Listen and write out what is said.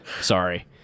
Sorry